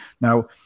Now